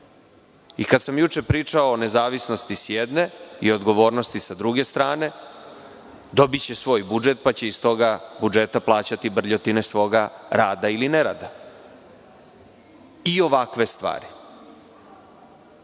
Kad sam juče pričao o nezavisnosti, s jedne, i odgovornosti, s druge strane, dobiće svoj budžet pa će iz tog budžeta plaćati brljotine svoga rada ili nerada i ovakve stvari.